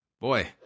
Boy